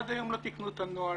עד היום לא תיקנו את הנוהל.